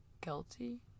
guilty